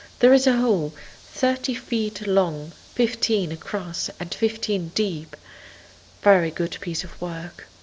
there is a hole thirty feet long, fifteen across and fifteen deep very good piece of work.